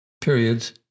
periods